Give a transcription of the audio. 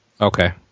Okay